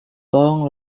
tolong